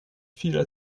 fyra